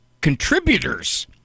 contributors